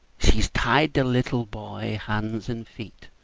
she's tied the little boy, hands and feet,